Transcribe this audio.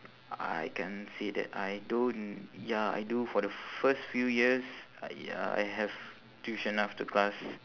I can say that I don't ya I do for the first few years I ya I have tuition after class